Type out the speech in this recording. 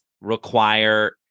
require